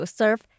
serve